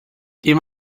dim